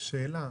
שאלה.